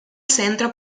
centro